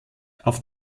auf